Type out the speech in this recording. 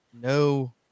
no